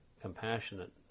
compassionate